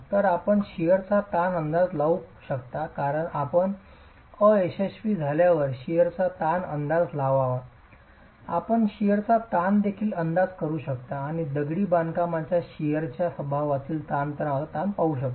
तर आपण शिअरचा ताण अंदाज लावू शकता कारण आपण अयशस्वी झाल्यावर शिअरचा ताण अंदाज लावता आपण शिअरचा ताण देखील अंदाज करू शकता आणि दगडी बांधकामाच्या शिअरण्याच्या स्वभावातील ताणतणावाचा ताण पाहू शकता